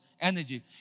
energy